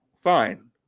fine